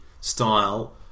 style